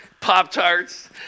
Pop-Tarts